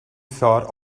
thought